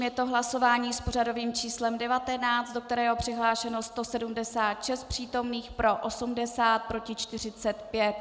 Je to hlasování s pořadovým číslem 19, do kterého je přihlášeno 176 přítomných, pro 80, proti 45.